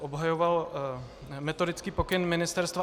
Obhajoval metodický pokyn ministerstva.